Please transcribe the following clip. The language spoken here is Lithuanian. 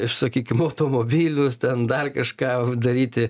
iš sakykim automobilius ten dar kažką daryti